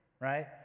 right